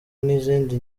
n’izindi